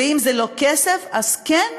ואם לא כסף, אז כן,